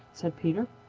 said peter.